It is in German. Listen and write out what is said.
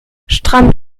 stramm